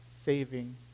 saving